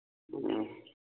ꯎꯝ